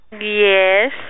Yes